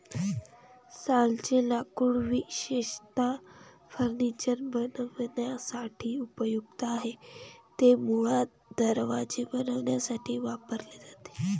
सालचे लाकूड विशेषतः फर्निचर बनवण्यासाठी उपयुक्त आहे, ते मुळात दरवाजे बनवण्यासाठी वापरले जाते